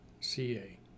CA